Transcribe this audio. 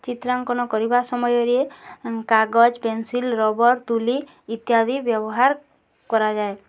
ଚିତ୍ରାଙ୍କନ କରିବା ସମୟରେ କାଗଜ ପେନ୍ସିଲ୍ ରବର ତୂଲି ଇତ୍ୟାଦି ବ୍ୟବହାର କରାଯାଏ